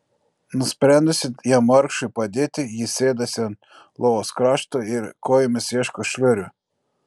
nusprendusi jam vargšui padėti ji sėdasi ant lovos krašto ir kojomis ieško šliurių